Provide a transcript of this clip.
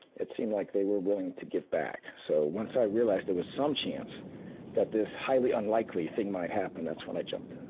it seemed like they were willing to give back. so, once i realized there was some change that this highly unlikely thing might happen that's when i jumped in.